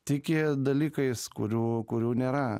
tiki dalykais kurių kurių nėra